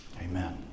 Amen